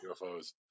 UFOs